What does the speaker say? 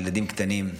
ילדים קטנים.